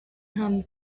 hamwe